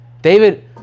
David